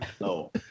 no